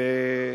למה?